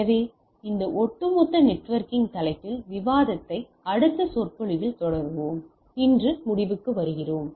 எனவே இந்த ஒட்டுமொத்த நெட்வொர்க்கிங் தலைப்பில் விவாதத்தை அடுத்தடுத்த சொற்பொழிவில் தொடருவோம் இன்று முடிவுக்கு வருவோம்